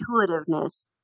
intuitiveness